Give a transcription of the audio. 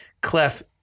Clef